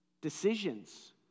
Decisions